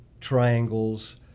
triangles